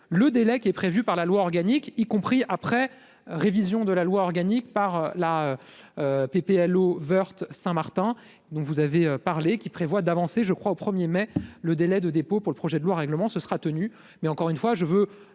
le délai qui est prévu par la loi organique, y compris après révision de la loi organique par la PPL au Woerth Saint-Martin dont vous avez parlé, qui prévoit d'avancer, je crois au premier mai le délai de dépôt pour le projet de loi règlement ce sera tenu, mais encore une fois, je veux